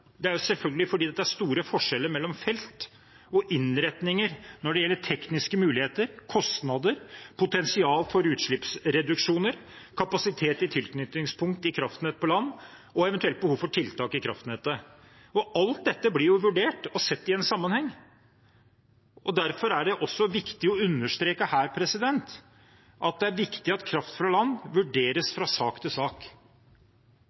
utslippsreduksjoner, kapasitet i tilknytningspunkt i kraftnett på land og eventuelt behov for tiltak i kraftnettet. Alt dette blir vurdert og sett i en sammenheng. Derfor er det også her viktig å understreke at det er viktig at kraft fra land vurderes